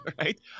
right